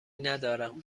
ندارم